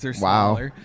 Wow